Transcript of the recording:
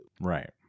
right